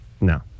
No